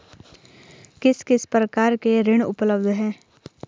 किस किस प्रकार के ऋण उपलब्ध हैं?